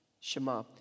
Shema